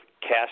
cast